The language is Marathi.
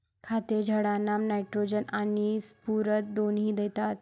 खते झाडांना नायट्रोजन आणि स्फुरद दोन्ही देतात